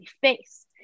face